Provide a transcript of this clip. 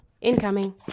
incoming